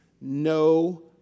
no